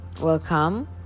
welcome